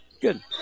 Good